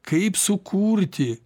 kaip sukurti